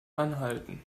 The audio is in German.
anhalten